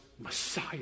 Messiah